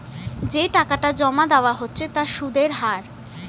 যে টাকাটা জমা দেওয়া হচ্ছে তার সুদের হার